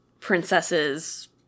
princesses